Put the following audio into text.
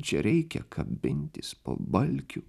čia reikia kabintis po balkiu